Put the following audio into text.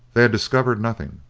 they had discovered nothing,